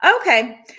Okay